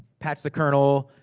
patch the kernel,